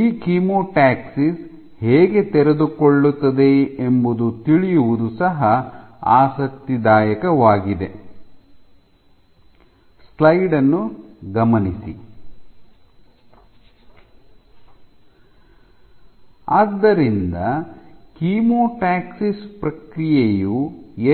ಈ ಕೀಮೋಟಾಕ್ಸಿಸ್ ಹೇಗೆ ತೆರೆದುಕೊಳ್ಳುತ್ತದೆ ಎಂಬುದು ತಿಳಿಯುವುದು ಸಹ ಆಸಕ್ತಿದಾಯಕವಾಗಿದೆ ಆದ್ದರಿಂದ ಕೀಮೋಟಾಕ್ಸಿಸ್ ಪ್ರಕ್ರಿಯೆಯು